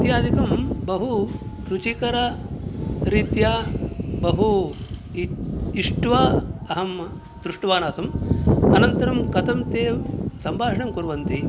इत्यादिकं बहु रुचिकररीत्या बहु इष्ट्वा अहं दृष्टवान् आसम् अनन्तरं कथं ते सम्भाषणं कुर्वन्ति